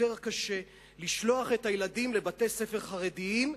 יותר קשה, לשלוח את הילדים לבתי-ספר חרדיים,